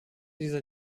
dieser